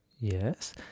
Yes